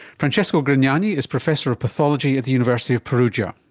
francesco grignani is professor of pathology at the university of perugia.